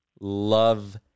Love